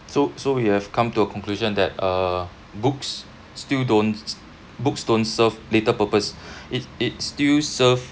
so so we have come to a conclusion that uh books still don't books don't serve little purpose it it still serve